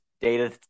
data